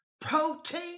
protein